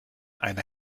eine